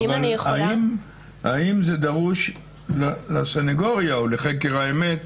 האם זה דרוש לסניגוריה או לחקר האמת,